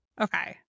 Okay